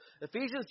Ephesians